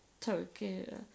turkey